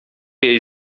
jej